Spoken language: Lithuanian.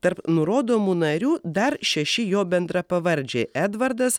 tarp nurodomų narių dar šeši jo bendrapavardžiai edvardas